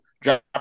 Drop